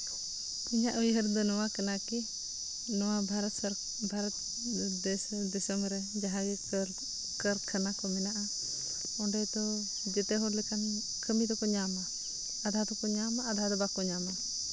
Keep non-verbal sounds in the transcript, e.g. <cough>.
ᱤᱧᱟᱹᱜ ᱩᱭᱦᱟᱹᱨ ᱫᱚ ᱱᱚᱣᱟ ᱠᱟᱱᱟ ᱠᱤ ᱱᱚᱣᱟ ᱵᱷᱟᱨᱚᱛ <unintelligible> ᱵᱷᱟᱨᱚᱛ ᱫᱤᱥᱚᱢ ᱨᱮ ᱡᱟᱦᱟᱸᱜᱮ ᱠᱟᱨᱠᱷᱟᱱᱟ ᱠᱚ ᱢᱮᱱᱟᱜᱼᱟ ᱚᱸᱰᱮᱫᱚ ᱡᱚᱛᱚ ᱦᱚᱲ ᱞᱮᱠᱟᱱ ᱠᱟᱹᱢᱤ ᱫᱚᱠᱚ ᱧᱟᱢᱟ ᱟᱫᱷᱟ ᱫᱚᱠᱚ ᱧᱟᱢᱟ ᱟᱫᱷᱟ ᱫᱚ ᱵᱟᱠᱚ ᱧᱟᱢᱟ